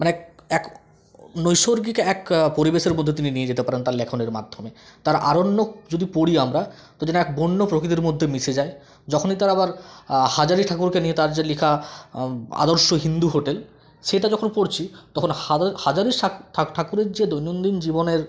মানে এক এক নৈসর্গিক এক পরিবেশের মধ্যে তিনি নিয়ে যেতে পারেন তার লেখনের মাধ্যমে তার আরণ্যক যদি পড়ি আমরা ও যেন এক বন্য প্রকৃতির মধ্যে মিশে যায় যখনই তার আবার হাজারি ঠাকুরকে নিয়ে তার যে লিখা আদর্শ হিন্দু হোটেল সেটা যখন পড়ছি তখন হাজারি সা ঠাকুরের যে দৈনন্দিন জীবনের